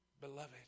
beloved